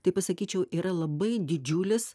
tai pasakyčiau yra labai didžiulis